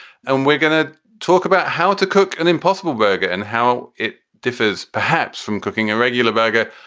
and we're going to talk about how to cook an impossible burger and how it differs perhaps from cooking a regular burger.